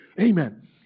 Amen